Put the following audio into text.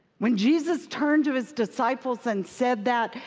when jesus turned to his disciples and said that,